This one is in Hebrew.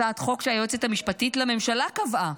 זו הצעת חוק שהיועצת המשפטית לממשלה קבעה